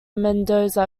mendoza